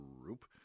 group